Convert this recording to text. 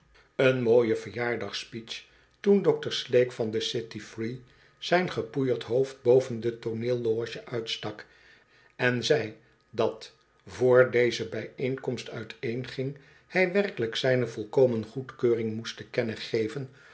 een mooie verjaarspeech toen dr steek van de city pree zijn gepoeierd hoofd boven de tooneelloge uitstak en zei dat vr deze bijeenkomst uiteenging hij werkelijk zijne volkomen goedkeuring moest te kennen geven